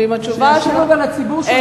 ואם התשובה, שישיב אבל לציבור שהוא הבטיח לו.